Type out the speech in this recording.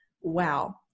wow